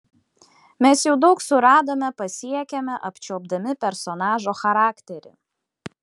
mes jau daug suradome pasiekėme apčiuopdami personažo charakterį